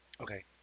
okay